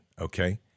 okay